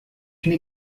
une